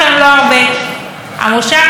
אם יהיה ארוך מספיק,